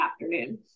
afternoon